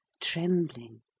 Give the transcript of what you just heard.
trembling